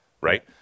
Right